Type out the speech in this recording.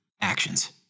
Actions